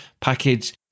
package